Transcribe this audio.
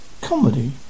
Comedy